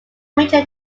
major